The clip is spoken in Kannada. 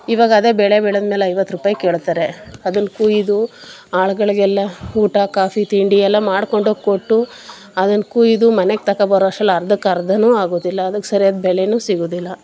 ಇವಾಗ ಅದೆ ಬೆಳೆ ಬೆಳೆದಮೇಲೆ ಐವತ್ತು ರೂಪಾಯಿಗೆ ಕೇಳ್ತಾರೆ ಅದನ್ನ ಕೊಯ್ದು ಆಳುಗಳಿಗೆಲ್ಲ ಊಟ ಕಾಫಿ ತಿಂಡಿ ಎಲ್ಲ ಮಾಡಿಕೊಂಡು ಕೊಟ್ಟು ಅದನ್ನ ಕೊಯ್ದು ಮನೆಗೆ ತಗೊ ಬರೋ ಅಷ್ಟ್ರಲ್ಲಿ ಅರ್ಧಕ್ಕರ್ಧನೂ ಆಗೋದಿಲ್ಲ ಅದಕ್ಕೆ ಸರ್ಯಾಗಿ ಬೆಲೆಯೂ ಸಿಗೋದಿಲ್ಲ